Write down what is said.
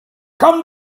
come